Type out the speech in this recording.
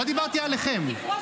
לא דיברתי עליכם.